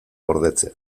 gordetzea